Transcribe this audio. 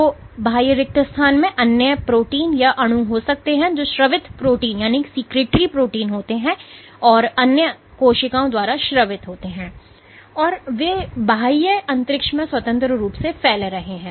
तो बाह्य रिक्त स्थान में अन्य प्रोटीन या अणु हो सकते हैं जो स्रावित प्रोटीन होते हैं जो अन्य कोशिकाओं द्वारा स्रावित होते हैं और वे बाह्य अंतरिक्ष में स्वतंत्र रूप से फैल रहे हैं